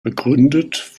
begründet